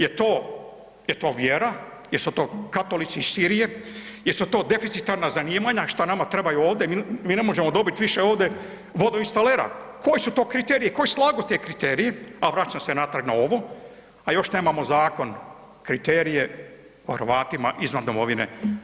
Jer to, jer to vjera, jesu to katolici iz Sirije, jesu to deficitarna zanimanja šta nama trebaju ovde, mi, mi ne možemo dobit više ovde vodoinstalera, koje su to kriterije, ko je slago te kriterije, a vraćam se natrag na ovo a još nemamo zakon, kriterije o Hrvatima izvan domovine.